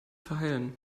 verheilen